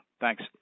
Thanks